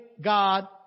God